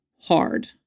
hard